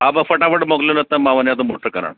हा बसि फटाफट मोकिलियो न त मां वञा थो करणु